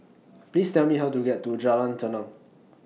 Please Tell Me How to get to Jalan Tenang